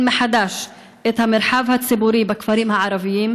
מחדש את המרחב הציבורי בכפרים הערביים,